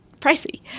pricey